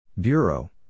Bureau